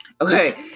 okay